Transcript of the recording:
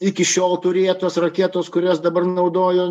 iki šiol turėtos raketos kurias dabar naudojo